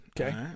okay